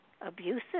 abusive